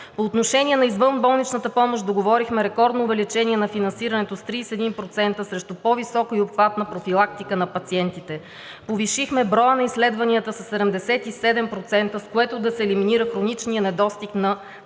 По отношение на извънболничната помощ договорихме рекордно увеличение на финансирането с 31% срещу по-висока и обхватна профилактика на пациентите, повишихме броя на изследванията със 77%, с което да се елиминира хроничният недостиг на направления.